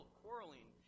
quarreling